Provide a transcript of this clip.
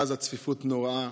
ואז הצפיפות נוראה.